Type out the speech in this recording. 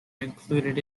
included